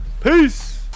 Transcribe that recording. Peace